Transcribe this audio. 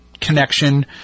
connection